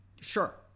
Sure